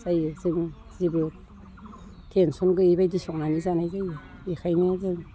जायो जों जेबो टेनसन गैयि बायदि संनानै जानाय जायो एखायनो जों